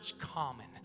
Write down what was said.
common